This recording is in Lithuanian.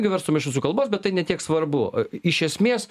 jeigu verstume iš rusų kalbos bet tai ne tiek svarbu iš esmės